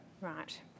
Right